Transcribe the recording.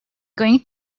going